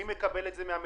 מי מקבל את זה מהמדינה.